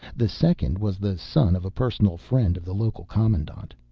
the second was the son of a personal friend of the local commandant.